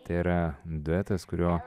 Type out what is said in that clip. tai yra duetas kurio